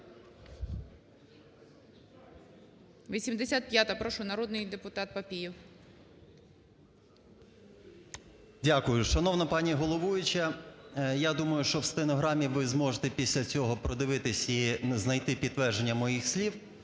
85-а, прошу, народний депутат Папієв. 12:54:42 ПАПІЄВ М.М. Дякую. Шановна пані головуюча, я думаю, що в стенограмі ви зможете після цього продивитися і знайти підтвердження моїх слів.